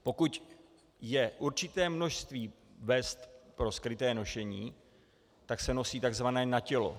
Pokud je určité množství vest pro skryté nošení, tak se nosí tzv. na tělo.